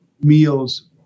meals